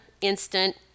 instant